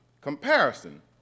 Comparison